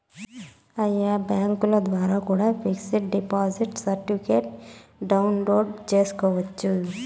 ఆయా బ్యాంకుల ద్వారా కూడా పిక్స్ డిపాజిట్ సర్టిఫికెట్ను డౌన్లోడ్ చేసుకోవచ్చు